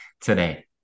today